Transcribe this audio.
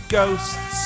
Ghosts